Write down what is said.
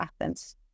Athens